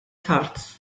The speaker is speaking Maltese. tard